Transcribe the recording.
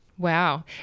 Wow